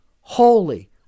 holy